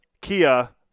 Kia